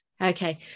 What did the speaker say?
Okay